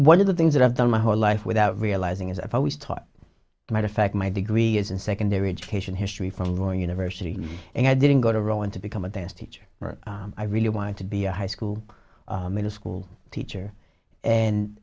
one of the things that i've done my whole life without realizing is i've always taught my to fact my degree is in secondary education history from growing university and i didn't go to rowing to become a dance teacher i really wanted to be a high school middle school teacher and